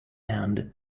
end